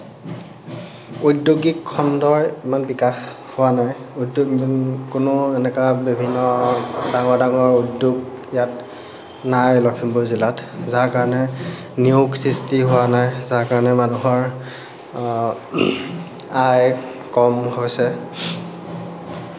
ঔদ্যোগিক খণ্ডৰ ইমান বিকাশ হোৱা নাই উদ্যাগ কোনো এনেকুৱা বিভিন্ন ডাঙৰ ডাঙৰ উদ্যোগ ইয়াত নাই লখিমপুৰ জিলাত যাৰ কাৰণে নিয়োগ সৃষ্টি হোৱা নাই যাৰ কাৰণে মানুহৰ আয় কম হৈছে